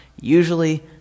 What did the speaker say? usually